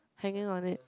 hanging on it